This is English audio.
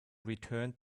returned